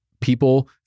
People